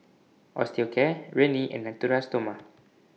Osteocare Rene and Natura Stoma